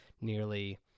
nearly